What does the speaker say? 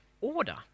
order